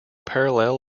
parallel